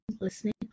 listening